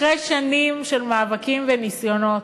אחרי שנים של מאבקים וניסיונות,